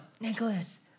Nicholas